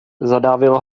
zadávil